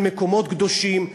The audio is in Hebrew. של מקומות קדושים,